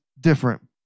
different